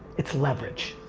it's leverage.